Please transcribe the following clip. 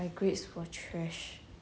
my grades were trash